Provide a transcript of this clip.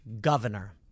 governor